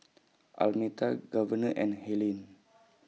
Almeta Governor and Helaine